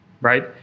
right